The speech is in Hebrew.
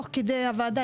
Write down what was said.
תוך כדי הוועדה,